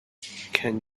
can